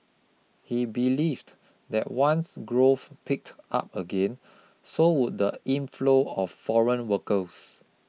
he believed that once growth picked up again so would the inflow of foreign workers